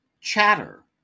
Chatter